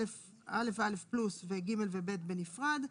א' ו-א'+ ו-ג' ו-ב' בנפרד,